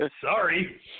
Sorry